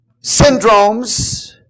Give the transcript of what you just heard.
syndromes